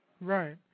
Right